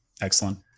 Excellent